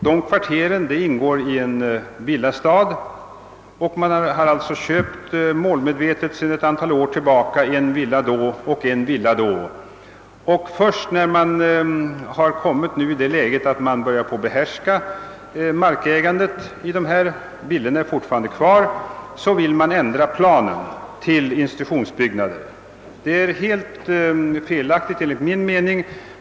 Dessa kvarter ingår i en villastad, och man har där målmedvetet sedan ett antal år tillbaka köpt en villa då och en villa då. Först sedan man kommit i det läget att man börjar behärska markägandet — villorna står fortfarande kvar — vill man ändra planen till att omfatta institutionsbyggnader. Detta är ett helt felaktigt förfarande enligt min mening.